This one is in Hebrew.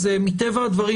מטבע הדברים,